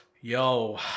Yo